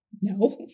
no